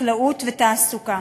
חקלאות ותעסוקה.